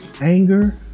Anger